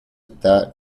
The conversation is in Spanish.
está